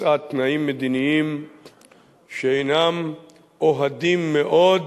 מצאה תנאים מדיניים שאינם אוהדים מאוד